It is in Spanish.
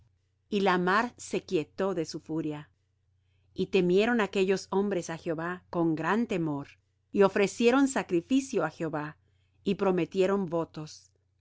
y la mar se quietó de su furia y temieron aquellos hombres á jehová con gran temor y ofrecieron sacrificio á jehová y prometieron votos mas